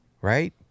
right